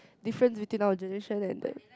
difference between our generation and the